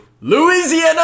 Louisiana